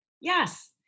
Yes